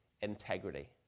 integrity